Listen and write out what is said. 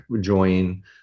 join